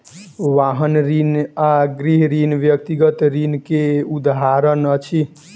वाहन ऋण आ गृह ऋण व्यक्तिगत ऋण के उदाहरण अछि